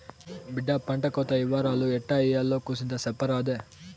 బిడ్డా పంటకోత ఇవరాలు ఎట్టా ఇయ్యాల్నో కూసింత సెప్పరాదే